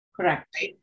Correct